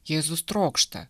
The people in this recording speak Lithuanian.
jėzus trokšta